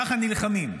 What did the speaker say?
ככה נלחמים.